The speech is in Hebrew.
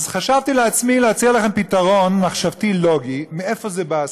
אז חשבתי לעצמי להציע לכם פתרון מחשבתי-לוגי מאיפה בא הסיפור.